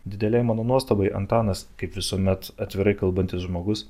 didelei mano nuostabai antanas kaip visuomet atvirai kalbantis žmogus